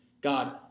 God